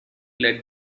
let